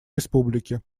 республики